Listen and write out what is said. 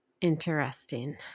Interesting